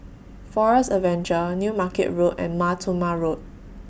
Forest Adventure New Market Road and Mar Thoma Road